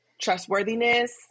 trustworthiness